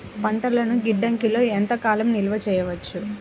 పంటలను గిడ్డంగిలలో ఎంత కాలం నిలవ చెయ్యవచ్చు?